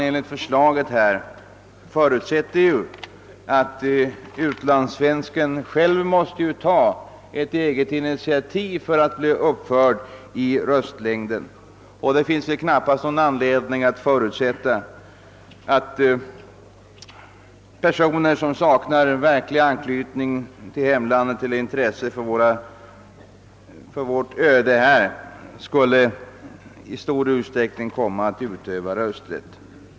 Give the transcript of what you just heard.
Enligt förslaget förutsättes att utlandssvensken själv måste ta ett initiativ för att bli uppförd i röstlängden, och då finns det knappast någon anledning att räkna med att personer som saknar verklig anknytning till hemlandet och intresse för vårt öde här skulle i stor utsträckning komma att utöva rösträtt.